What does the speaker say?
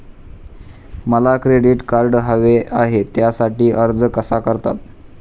मला credit card हवे आहे त्यासाठी अर्ज कसा करतात?